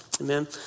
Amen